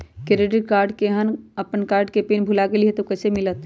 Credit card केहन अपन card के पिन भुला गेलि ह त उ कईसे मिलत?